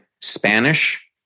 Spanish